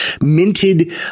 minted